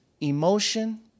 emotion